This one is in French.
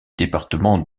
département